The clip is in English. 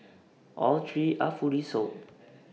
all three are fully sold